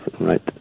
right